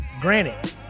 Granted